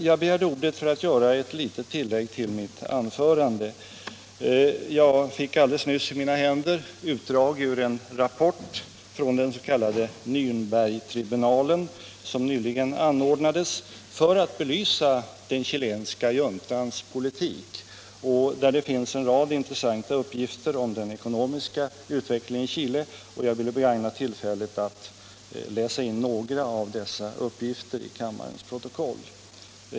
Jag begärde ordet för att göra ett litet tillägg till mitt anförande. Alldeles nyss fick jag i mina händer ett utdrag ur en rapport från den s.k. Närnbergtribunalen, som nyligen anordnades för att belysa den chilenska juntans politik. Där finns en rad intressanta uppgifter om den ekonomiska utvecklingen i Chile, och jag vill begagna tillfället att mycket kortfattat läsa in några av dessa uppgifter i kammarens protokoll.